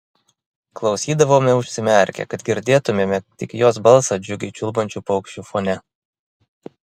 klausydavome užsimerkę kad girdėtumėme tik jos balsą džiugiai čiulbančių paukščių fone